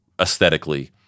aesthetically